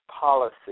policy